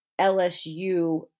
LSU